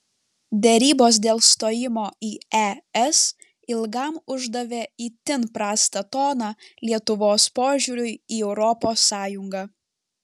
derybos dėl stojimo į es ilgam uždavė itin prastą toną lietuvos požiūriui į europos sąjungą